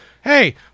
Hey